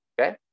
Okay